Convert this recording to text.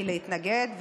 היא להתנגד,